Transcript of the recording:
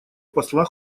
посла